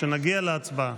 כשנגיע להצבעה.